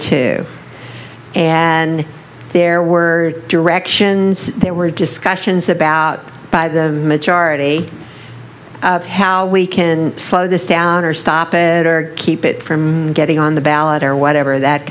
two and there were directions there were discussions about by the majority of how we can slow this down or stop it or keep it from getting on the ballot or whatever that